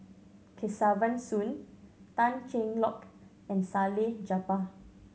Kesavan Soon Tan Cheng Lock and Salleh Japar